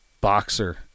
boxer